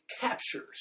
captures